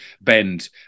bend